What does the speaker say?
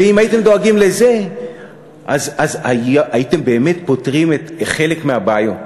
ואם הייתם דואגים לזה הייתם באמת פותרים חלק מהבעיות.